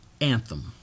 anthem